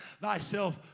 thyself